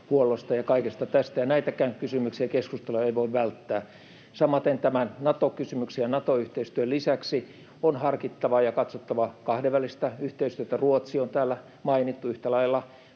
ja kaikesta tästä. Näitäkään kysymyksiä ja keskusteluja ei voi välttää. Samaten tämän Nato-kysymyksen ja Nato-yhteistyön lisäksi on harkittava ja katsottava kahdenvälistä yhteistyötä — Ruotsi on täällä mainittu, yhtä lailla